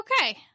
Okay